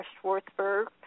Schwartzberg